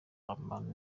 abantu